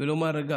ולומר: רגע,